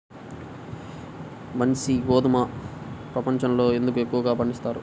బన్సీ గోధుమను ప్రపంచంలో ఎందుకు ఎక్కువగా పండిస్తారు?